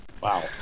Wow